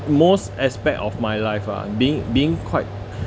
most aspect of my life ah being being quite